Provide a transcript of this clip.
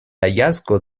hallazgo